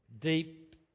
deep